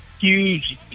huge